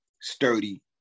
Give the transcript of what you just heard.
sturdy